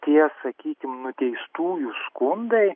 tie sakykim nuteistųjų skundai